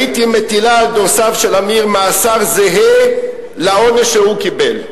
הייתי מטילה על דורסיו של אמיר מאסר זהה לעונש שהוא קיבל.